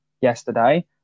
yesterday